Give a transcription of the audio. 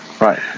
Right